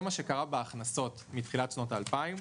זה מה שקרה בהכנסות מתחילת שנות האלפיים.